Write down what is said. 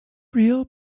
real